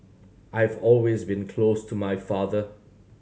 I have always been close to my father